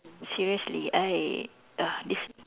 seriously I uh this